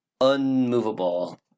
unmovable